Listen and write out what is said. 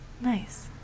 Nice